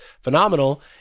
phenomenal